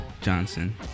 Johnson